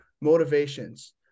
motivations